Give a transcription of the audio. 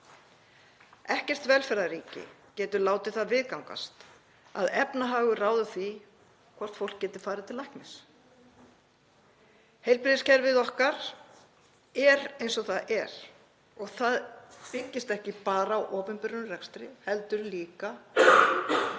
Ekkert velferðarríki getur látið það viðgangast að efnahagur ráði því hvort fólk geti farið til læknis. Heilbrigðiskerfið okkar er eins og það er og byggist ekki bara á opinberum rekstri heldur líka